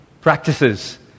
Practices